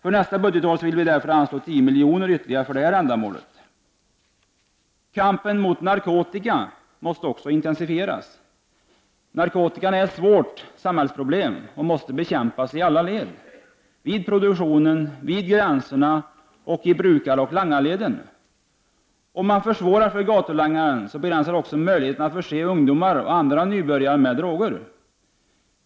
För nästa budgetår vill vi anslå 10 milj.kr. ytterligare för detta ändamål. Också kampen mot narkotika måste intensifieras. Narkotikan är ett svårt samhällsproblem, som måste bekämpas i alla led — vid produktionen, vid gränserna och i brukaroch langarleden. Om man försvårar för gatulangaren, begränsas också möjligheterna att förse ungdomar och andra nybörjare med droger.